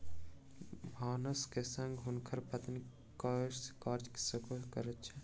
भानस के संग हुनकर पत्नी कृषि कार्य सेहो करैत छथि